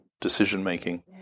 decision-making